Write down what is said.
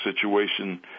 situation